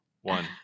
one